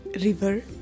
river